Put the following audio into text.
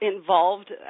involved